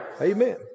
Amen